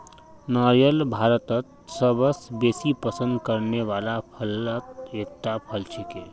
नारियल भारतत सबस बेसी पसंद करने वाला फलत एकता फल छिके